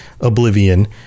oblivion